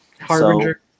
Harbinger